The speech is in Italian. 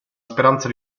speranza